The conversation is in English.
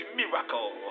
miracle